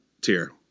tier